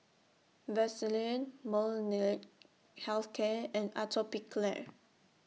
Vaselin Molnylcke Health Care and Atopiclair